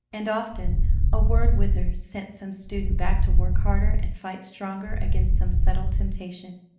and often a word with her sent some student back to work harder and fight stronger against some subtle temptation.